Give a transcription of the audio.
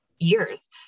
years